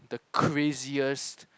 the craziest